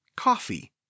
Coffee